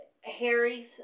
Harry's